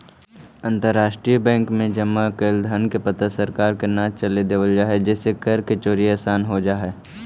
अंतरराष्ट्रीय बैंक में जमा कैल धन के पता सरकार के न चले देवल जा हइ जेसे कर के चोरी आसान हो जा हइ